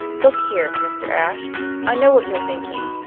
look here, mr. ashe i know what you're thinking.